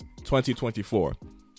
2024